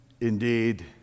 Indeed